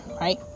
right